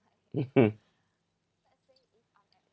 mmhmm